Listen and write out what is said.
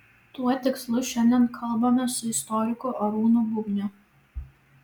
tuo tikslu šiandien kalbamės su istoriku arūnu bubniu